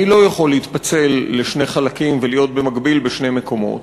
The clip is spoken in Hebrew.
אני לא יכול להתפצל לשני חלקים ולהיות במקביל בשני מקומות.